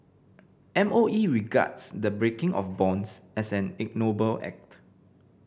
M O E regards the breaking of bonds as an ignoble act